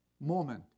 moment